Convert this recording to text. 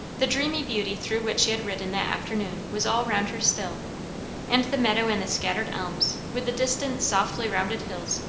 the dreamy beauty through which she had ridden that afternoon was all round her still and the meadow and the scattered elms, with the distant softly-rounded hills,